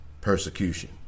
persecution